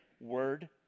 word